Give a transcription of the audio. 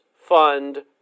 Fund